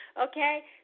Okay